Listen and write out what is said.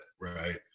right